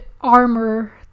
armor